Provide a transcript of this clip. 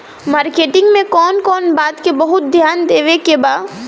Marketing मे कौन कौन बात के बहुत ध्यान देवे के बा?